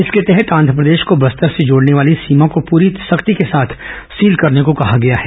इसके तहत आंधप्रदेश को बस्तर से जोडने वाली सीमा को पूरी सख्ती के साथ सील करने को कहा गया है